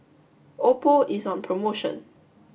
Oppo is on promotion